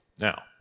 Now